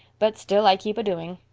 but still i keep a-doing.